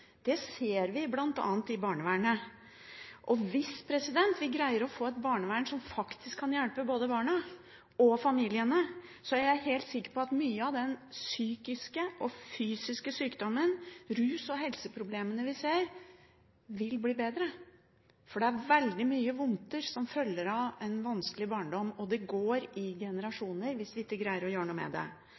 Det ser vi bl.a. i barnevernet. Hvis vi greier å få et barnevern som faktisk kan hjelpe både barna og familiene, er jeg helt sikker på at mye av den psykiske og fysiske sykdommen og rus- og helseproblemene vi ser, vil bli bedre. Det er veldig mange vondter som følger av en vanskelig barndom, og det går i generasjoner hvis vi ikke greier å gjøre noe med det.